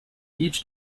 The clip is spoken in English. each